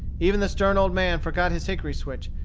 even the stern old man forgot his hickory switch,